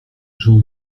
gens